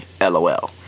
LOL